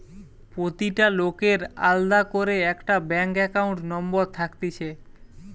প্রতিটা লোকের আলদা করে একটা ব্যাঙ্ক একাউন্ট নম্বর থাকতিছে